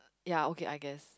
ya okay I guess